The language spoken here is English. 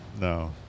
No